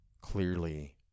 clearly